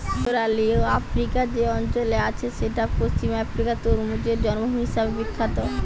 Sierra Leone আফ্রিকার যে অঞ্চলে আছে সেইটা পশ্চিম আফ্রিকার তরমুজের জন্মভূমি হিসাবে বিখ্যাত